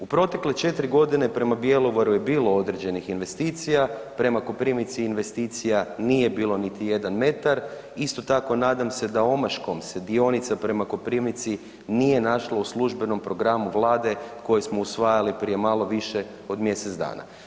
U protekle 4 godine prema Bjelovaru je bilo određenih investicija, prema Koprivnici investicija nije bilo niti jedan metar, isto tako nadam se da omaškom se dionica prema Koprivnici nije našla u službenom programu Vlade koji smo usvajali prije malo više od mjesec dana.